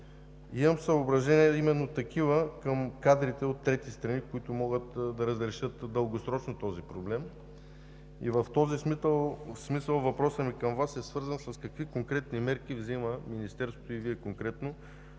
съображения към кадрите от трети страни, които могат да разрешат дългосрочно този проблем. В този смисъл, въпросът ми към Вас е свързан с това: какви конкретни мерки взима Министерството, и Вие конкретно,